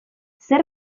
zer